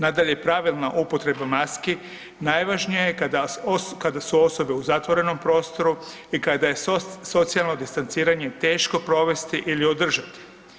Nadalje, pravilna upotreba maski najvažnija je kada su osobe u zatvorenom prostoru i kada je socijalno distanciranje teško provesti ili održati.